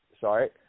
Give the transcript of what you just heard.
sorry